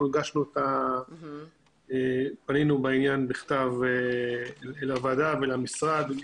פנינו בכתב לוועדה ולמשרד.